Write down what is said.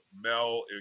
Mel